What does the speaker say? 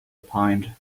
opined